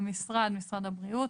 "המשרד" משרד הבריאות,